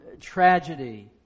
tragedy